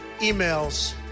emails